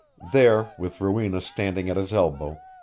there, with rowena standing at his elbow,